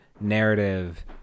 narrative